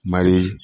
मानि लिय